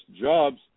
jobs